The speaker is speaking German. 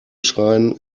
schreien